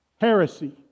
Heresy